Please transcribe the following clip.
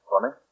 funny